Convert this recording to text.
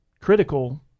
critical